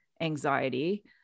anxiety